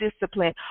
discipline